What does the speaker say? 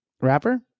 Rapper